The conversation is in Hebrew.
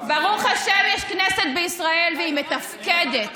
ברוך השם יש כנסת בישראל, והיא מתפקדת